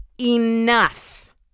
enough